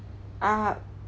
ah